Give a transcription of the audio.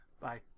Bye